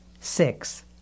Six